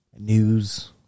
news